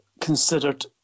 considered